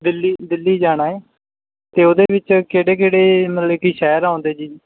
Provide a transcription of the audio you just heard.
ਦਿੱਲੀ ਦਿੱਲੀ ਜਾਣਾ ਹੈ ਅਤੇ ਉਹਦੇ ਵਿੱਚ ਕਿਹੜੇ ਕਿਹੜੇ ਮਤਲਬ ਕਿ ਸ਼ਹਿਰ ਆਉਂਦੇ ਜੀ